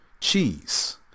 cheese